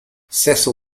cecil